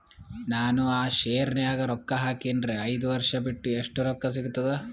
ನಾನು ಆ ಶೇರ ನ್ಯಾಗ ರೊಕ್ಕ ಹಾಕಿನ್ರಿ, ಐದ ವರ್ಷ ಬಿಟ್ಟು ಎಷ್ಟ ರೊಕ್ಕ ಸಿಗ್ತದ?